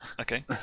Okay